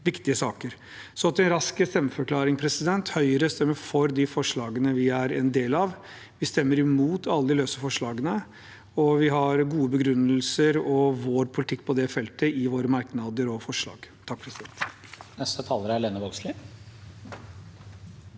Så til en rask stemmeforklaring: Høyre stemmer for de forslagene vi er med på. Vi stemmer imot alle de løse forslagene, og vi har gode begrunnelser for vår politikk på det feltet i våre merknader og forslag. Lene Vågslid